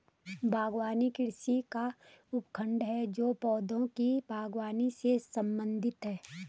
बागवानी कृषि का उपखंड है जो पौधों की बागवानी से संबंधित है